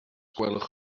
gwelwch